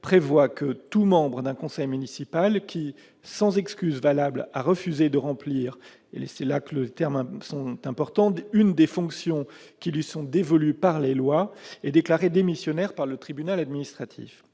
prévoit que « tout membre d'un conseil municipal qui, sans excuse valable, a refusé de remplir une des fonctions qui lui sont dévolues par les lois, est déclaré démissionnaire par le tribunal administratif.